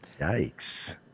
Yikes